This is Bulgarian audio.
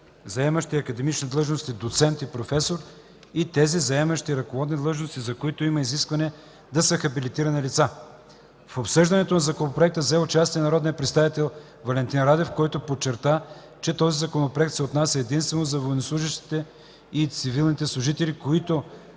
заемащи академични длъжности „доцент” и „професор” и тези, заемащи ръководни длъжности, за които има изискване да са хабилитирани лица. В обсъждането на Законопроекта взе участие народният представител Валентин Радев, който подчерта, че този Законопроект се отнася единствено за военнослужещи и цивилните служители, които